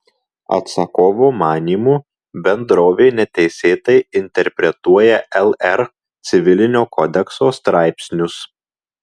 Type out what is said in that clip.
atsakovo manymu bendrovė neteisėtai interpretuoja lr civilinio kodekso straipsnius